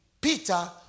Peter